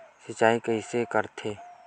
सिंचाई कइसे करथे?